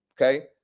Okay